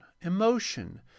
emotion